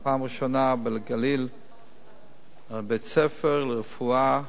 זו הפעם הראשונה בגליל בית-ספר לרפואה,